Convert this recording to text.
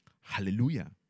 Hallelujah